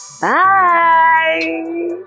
Bye